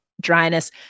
dryness